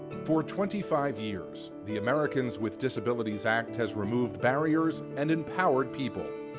for twenty five years, the americans with disabilities act has removed barriers and empowered people.